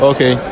Okay